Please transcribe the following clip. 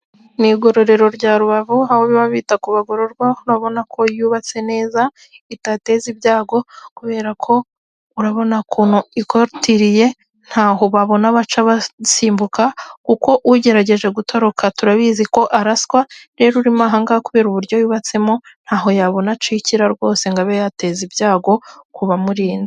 Mu igerorero rya Rubavu aho baba bita kubagororwa urabona ko yubatse neza itateza ibyago kubera ko urabona ukuntu ikorotiriye ntaho babona baca basimbuka, kuko ugerageje gutoroka turabizi ko aratswa, rero urimo aha ngaha kubera ubryo yubatsemo ntaho yabona acikira rwose ngo abe yateza ibyago ku bamurinda